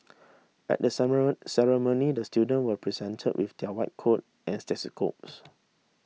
at the ceremony the student were presented with their white coat and stethoscopes